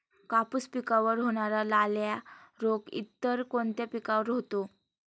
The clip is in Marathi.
कापूस पिकावर होणारा लाल्या रोग इतर कोणत्या पिकावर होतो?